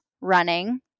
running